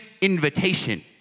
invitation